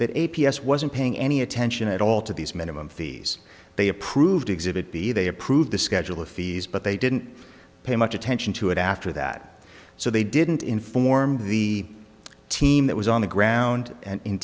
that a p s wasn't paying any attention at all to these minimum fees they approved exhibit b they approved the schedule of fees but they didn't pay much attention to it after that so they didn't inform the team that was on the ground